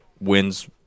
wins –